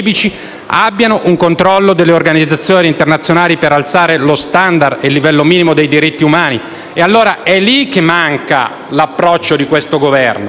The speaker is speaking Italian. abbiano un controllo delle organizzazioni internazionali, per alzare lo *standard* e il livello minimo dei diritti umani. È a tal riguardo che manca l'approccio di questo Governo.